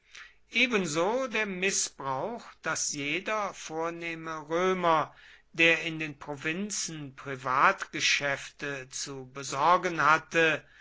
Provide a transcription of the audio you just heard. ebenso der mißbrauch daß jeder vornehme römer der in den provinzen privatgeschäfte zu besorgen hatte